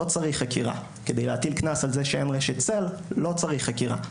לא צריך חקירה; כדי להטיל קנס על זה שאין רשת צל לא צריך חקירה.